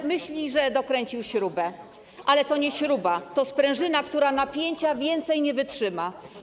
i myśli, że dokręcił śrubę, ale to nie śruba, to sprężyna, która napięcia dłużej nie wytrzyma.